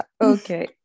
okay